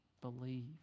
believe